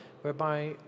whereby